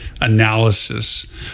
analysis